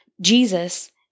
Jesus